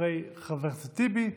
אחרי חבר הכנסת טיבי,